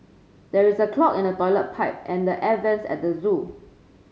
there is a clog in the toilet pipe and air vents at the zoo